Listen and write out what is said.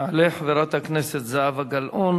תעלה חברת הכנסת זהבה גלאון,